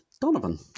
Donovan